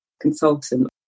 consultant